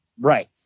Right